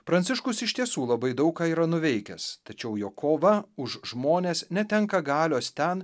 pranciškus iš tiesų labai daug ką yra nuveikęs tačiau jo kova už žmones netenka galios ten